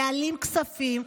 להעלים כספים,